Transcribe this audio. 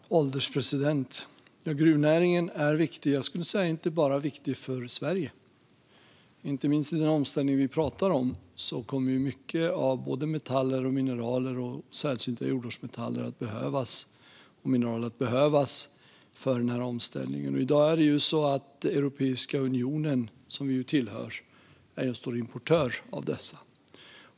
Herr ålderspresident! Gruvnäringen är viktig, inte bara för Sverige. Inte minst i den omställning vi talar om kommer mycket metaller, inklusive särskilda jordartsmetaller, och mineraler att behövas, och Europeiska unionen, som vi ju tillhör, är en stor importör av dessa.